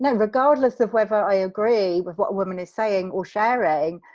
regardless of whether i agree with what women are saying or sharing,